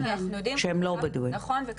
שהם לא בדואים.